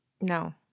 No